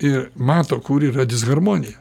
ir mato kur yra disharmonija